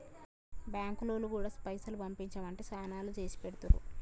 బాంకులోల్లు గూడా పైసలు పంపించుమంటే శనాల్లో చేసిపెడుతుండ్రు